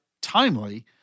timely